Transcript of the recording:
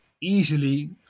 easily